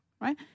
right